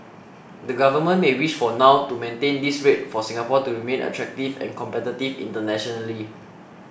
the government may wish for now to maintain this rate for Singapore to remain attractive and competitive internationally